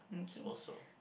I suppose so